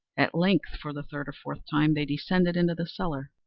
at length, for the third or fourth time, they descended into the cellar.